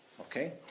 Okay